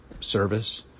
service